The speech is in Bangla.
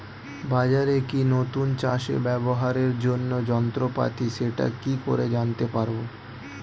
বাজারে কি নতুন চাষে ব্যবহারের জন্য যন্ত্রপাতি সেটা কি করে জানতে পারব?